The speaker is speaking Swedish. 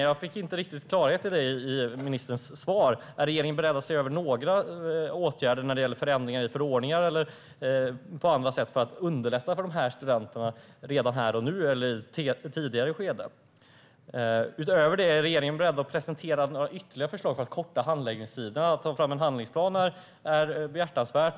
Jag fick inte riktigt klarhet i ministerns svar om regeringen är beredd att vidta några åtgärder vad gäller förändringar i förordningarna eller på andra sätt för att underlätta för de här studenterna här och nu. Utöver det: Är regeringen beredd att presentera några ytterligare förslag för att korta handläggningstiderna? Att ta fram en handlingsplan är behjärtansvärt.